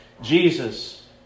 Jesus